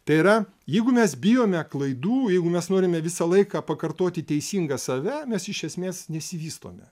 tai yra jeigu mes bijome klaidų jeigu mes norime visą laiką pakartoti teisingą save mes iš esmės nesivystome